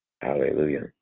Hallelujah